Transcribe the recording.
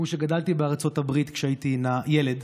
והוא שגדלתי בארצות הברית כשהייתי ילד,